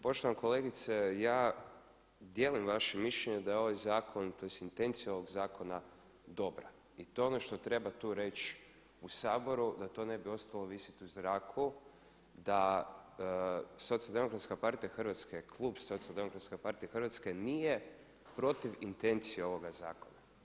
Poštovana kolegice, ja dijelim vaše mišljenje da je ovaj zakon, tj. intencija ovog zakona dobra i to je ono što treba tu reći u Saboru da to ne bi ostalo visit u zraku da Socijaldemokratska partija Hrvatske, klub Socijaldemokratska partija Hrvatske nije protiv intencije ovog zakona.